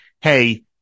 hey